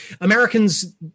Americans